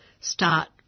start